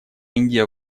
индия